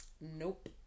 Nope